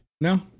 No